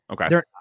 Okay